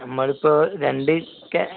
നമ്മളിപ്പോൾ രണ്ട്